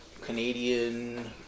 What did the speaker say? Canadian